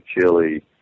chili